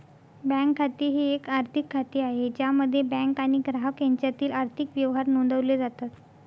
bank खाते हे एक आर्थिक खाते आहे ज्यामध्ये बँक आणि ग्राहक यांच्यातील आर्थिक व्यवहार नोंदवले जातात